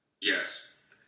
Yes